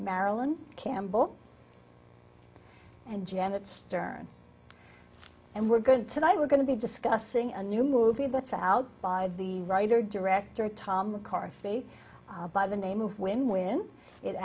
marilyn campbell and janet stern and we're good tonight we're going to be discussing a new movie that's out by the writer director tom mccarthy by the name of when when it